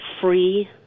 free